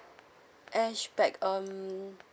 hatchback um